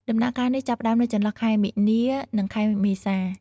ដំណាក់កាលនេះចាប់ផ្ដើមនៅចន្លោះខែមីនា និងខែមេសា។